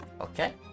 Okay